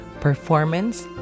performance